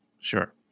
Sure